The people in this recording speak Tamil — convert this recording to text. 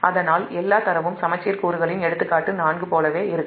அதனால்எல்லா டேட்டாவும் சமச்சீர் கூறுகளின் 'எடுத்துக்காட்டு 4' போலவே இருக்கும்